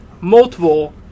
multiple